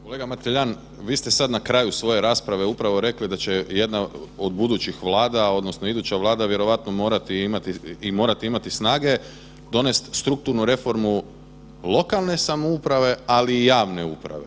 Kolega Mateljan, vi ste sad na kraju svoje rasprave upravo rekli da će jedna od budućih Vlada odnosno iduća Vlada vjerojatno morati imati i morati imati snage donest strukturnu reformu lokalne samouprave, ali i javne uprave.